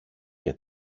και